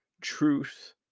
truth